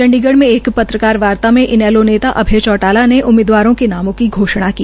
चंडीगढ़ में एक पत्रकार वार्ता में इनेलो नेता अभय चौटाला ने उम्मीदवारों के नामों की घोषणा की